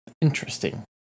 Interesting